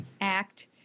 act